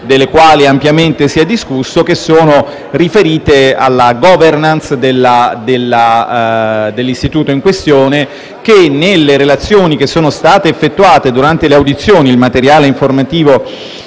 delle quali si è ampiamente discusso, che sono riferite alla *governance* dell'istituto in questione, e che, nelle relazioni che sono state effettuate durante le audizioni (il materiale informativo